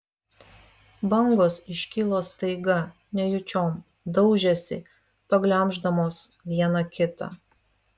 bangos iškilo staiga nejučiom daužėsi paglemždamos viena kitą